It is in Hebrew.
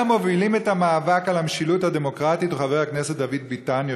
אחד המובילים את המאבק על המשילות הדמוקרטית הוא חבר הכנסת דוד ביטן,